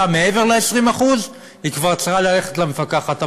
מעבר ל-20% היא כבר צריכה ללכת למפקחת.